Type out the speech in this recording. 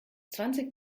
zwanzig